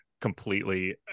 completely